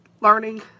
learning